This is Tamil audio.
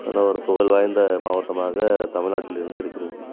நல்ல ஒரு புகழ் வாய்ந்த மாவட்டமாக தமிழ்நாட்டில் இருந்து இருக்கிறது